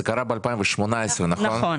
זה קרה ב-2018, נכון?